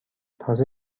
تازه